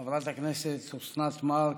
חברת הכנסת אוסנת מארק,